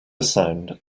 sound